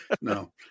No